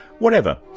whatever,